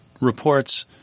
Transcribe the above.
reports